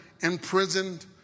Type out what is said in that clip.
imprisoned